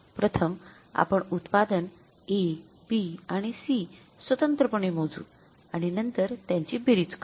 प्रथम आपण उत्पादन A B आणि C स्वतंत्रपणे मोजू आणि नंतर त्यांची बेरीज करू